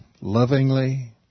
lovingly